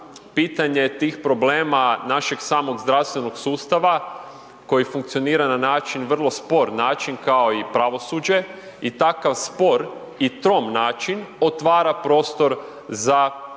pitanje tih problema našeg samog zdravstvenog sustava koji funkcionira na način, vrlo spor način kao i pravosuđe i takav spor i trom način otvara prostor za debelu